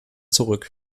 zurück